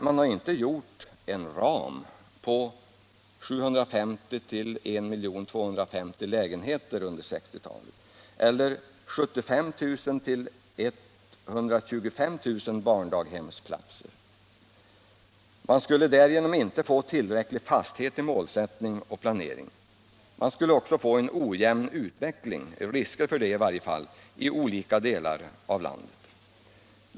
Man har inte gjort en ”ram” på 750 000-1 250 000 lägenheter under 1960-talet, eller 75 000-125 000 barndaghemsplatser. Man skulle därigenom inte få tillräcklig fasthet i målsättning och planering. Man skulle också få risker för en ojämn utveckling i olika delar av landet.